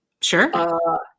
Sure